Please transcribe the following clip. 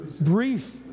brief